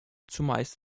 zumeist